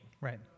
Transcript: Right